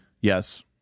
Yes